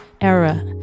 era